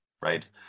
right